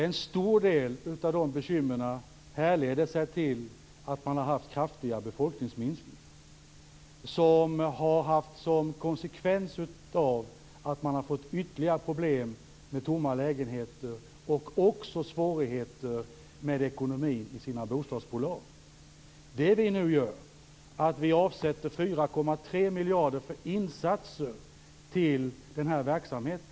En stor del av bekymren härleds till kraftiga befolkningsminskningar. Konsekvensen har blivit ytterligare problem med tomma lägenheter och svårigheter med ekonomin i bostadsbolagen. Vi avsätter nu 4,3 miljarder kronor till insatser för verksamheten.